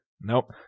Nope